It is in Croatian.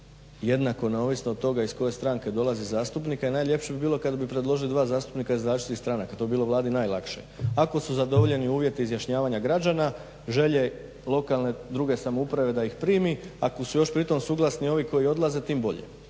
jednako, neovisno od toga iz koje stranke dolazi zastupnik, a najljepše bi bilo kada bi predložili dva zastupnika iz različitih stranaka, to bi bilo Vladi najlakše. Ako su zadovoljeni uvjeti izjašnjavanja građana, želje lokalne druge samouprave da ih primi, ako su još pritom suglasni ovi koji odlaze tim bolje.